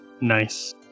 nice